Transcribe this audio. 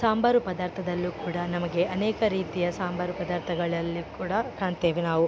ಸಾಂಬಾರು ಪದಾರ್ಥದಲ್ಲೂ ಕೂಡ ನಮಗೆ ಅನೇಕ ರೀತಿಯ ಸಾಂಬಾರು ಪದಾರ್ಥಗಳಲ್ಲಿ ಕೂಡ ಕಾಣ್ತೇವೆ ನಾವು